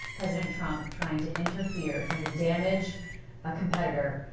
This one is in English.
president trump trying to interfere, trying to damage a competitor,